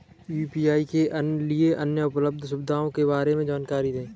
UPI के लिए उपलब्ध अन्य सुविधाओं के बारे में जानकारी दें?